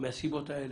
מהסיבות האלה.